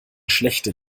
schlechte